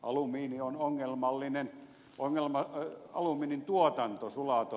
alumiini on ongelmallinen alumiinin tuotanto sulatot